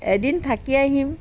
এদিন থাকি আহিম